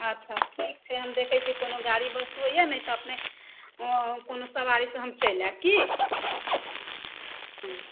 अच्छा ठीक छै हम देखैत छियै कोनो गाड़ी बस होइए ने तऽ अपने कोनो सवारीसँ हम चलि आयब की हम्म